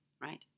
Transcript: Right